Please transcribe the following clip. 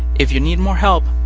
if you need more help,